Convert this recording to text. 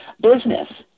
business